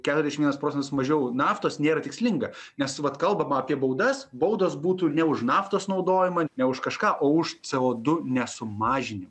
keturiasdešim vienas procentas mažiau naftos nėra tikslinga nes vat kalbama apie baudas baudos būtų ne už naftos naudojimą ne už kažką o už c o du nesumažini